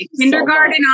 kindergarten